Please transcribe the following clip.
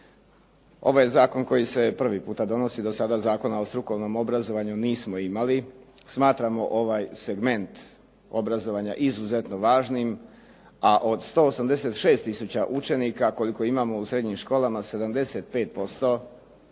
Ovaj zakon koji se prvi puta donosi do sada Zakona o strukovnom obrazovanju nismo imali. smatramo ovaj segment izuzetno važnim, a od 186 tisuća učenika koliko imamo u srednjim školama 75% su